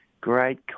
Great